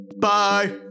Bye